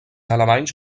alemanys